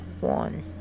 one